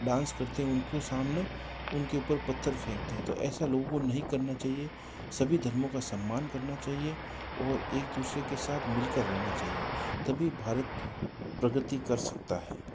dance करते हैं उनको सामने उनके ऊपर पत्थर फेंकते हैं तो ऐसा लोगों को नहीं करना चाहिए सभी धर्म का सम्मान करना चाहिए और एक दूसरे के साथ मिलकर रहना चाहिए तभी भारत प्रगति कर सकता है